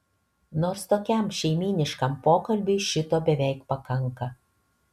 nors tokiam šeimyniškam pokalbiui šito beveik pakanka